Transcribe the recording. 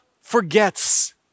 forgets